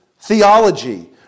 theology